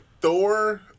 Thor